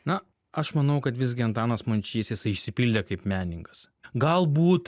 na aš manau kad visgi antanas mončys jisai išsipildė kaip menininkas galbūt